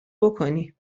بکنی